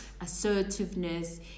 assertiveness